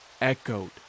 echoed